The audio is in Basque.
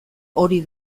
hori